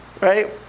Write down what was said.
right